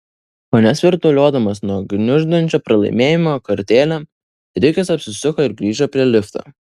kone svirduliuodamas nuo gniuždančio pralaimėjimo kartėlio rikis apsisuko ir grįžo prie lifto